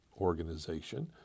organization